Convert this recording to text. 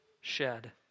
shed